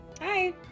Hi